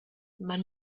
man